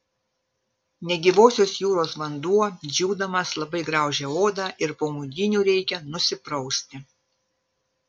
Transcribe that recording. negyvosios jūros vanduo džiūdamas labai graužia odą ir po maudynių reikia nusiprausti